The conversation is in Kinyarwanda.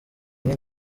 imwe